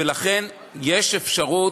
ולכן יש אפשרות,